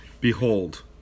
Behold